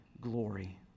glory